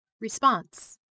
Response